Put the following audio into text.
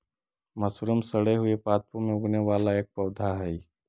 mushroom सड़े हुए पादपों में उगने वाला एक पौधा हई